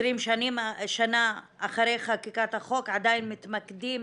20 שנה אחרי חקיקת החוק עדיין מתמקדים